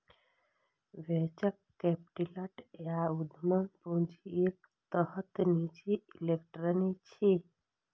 venture capital या उद्यम पूंजी एक तरहक निजी इक्विटी छियै